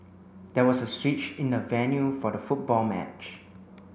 there was a switch in the venue for the football match